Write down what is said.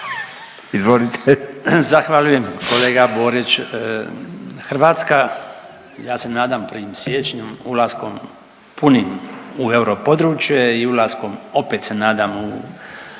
(HDZ)** Zahvaljujem. Kolega Borić, Hrvatska ja se nadam 1. siječnjom ulaskom punim u europodučje i ulaskom opet se nadam u